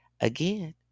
Again